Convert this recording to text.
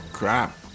crap